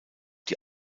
die